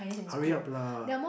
hurry up lah